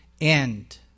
end